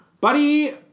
Buddy